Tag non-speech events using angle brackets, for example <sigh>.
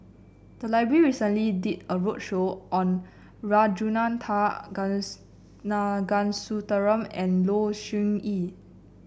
the library recently did a roadshow on Ragunathar <unintelligible> and Low Siew Nghee